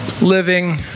living